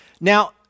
Now